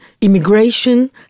immigration